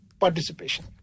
participation